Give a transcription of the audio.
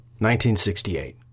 1968